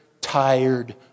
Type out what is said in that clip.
tired